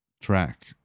track